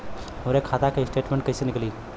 हमरे खाता के स्टेटमेंट कइसे निकली?